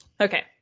Okay